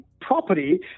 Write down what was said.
property